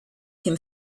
him